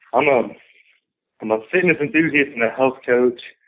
um um i'm a fitness and a health coach.